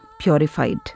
purified